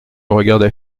regarda